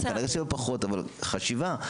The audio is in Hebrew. כנראה שבפחות אבל חשיבה.